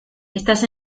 estás